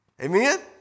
Amen